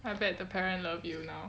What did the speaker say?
I bet the parent love you now